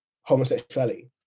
homosexuality